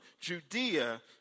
Judea